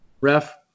ref